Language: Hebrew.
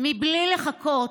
מבלי לחכות,